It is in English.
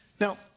Now